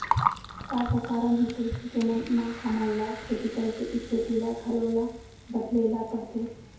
का का कारण होथे जेमन मा हमन ला खेती करे के स्तिथि ला घलो ला बदले ला पड़थे?